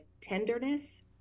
tenderness